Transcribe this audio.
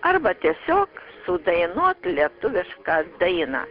arba tiesiog sudainuot lietuvišką dainą